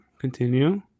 Continue